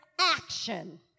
action